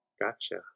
Gotcha